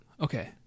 okay